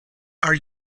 are